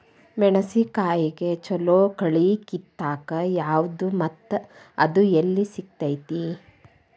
ಮೆಣಸಿನಕಾಯಿಗ ಛಲೋ ಕಳಿ ಕಿತ್ತಾಕ್ ಯಾವ್ದು ಮತ್ತ ಅದ ಎಲ್ಲಿ ಸಿಗ್ತೆತಿ?